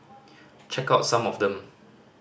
check out some of them